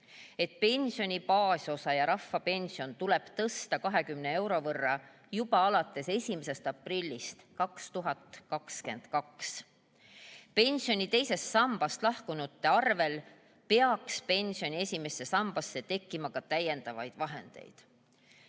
et pensioni baasosa ja rahvapensioni tuleks tõsta 20 euro võrra juba alates 1. aprillist 2022. Pensioni II sambast lahkunute arvel peaks pensioni I sambasse tekkima ka täiendavaid vahendeid."